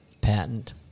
Patent